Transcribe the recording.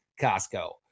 Costco